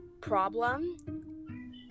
problem